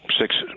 six